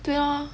对 lor